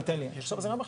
סביבה,